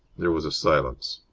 there was a silence.